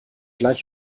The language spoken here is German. gleich